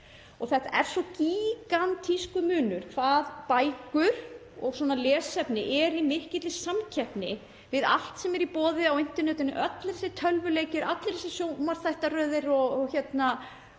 Þetta er svo gígantískur munur. Bækur og lesefni eru í mikilli samkeppni við allt sem er í boði á internetinu; allir þessir tölvuleikir, allar þessar sjónvarpsþáttaraðir og